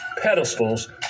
Pedestals